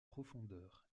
profondeur